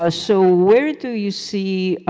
ah so where do you see